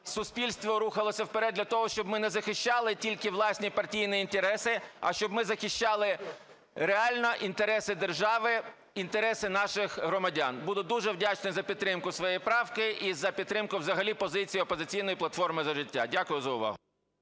суспільство рухалося вперед, для того, щоб ми не захищали тільки власні партійні інтереси, а щоб ми захищали реально інтереси держави, інтереси наших громадян. Буду дуже вдячний за підтримку своєї правки і за підтримку взагалі позиції "Опозиційна платформа – За життя". Дякую за увагу.